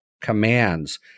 commands